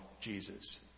Jesus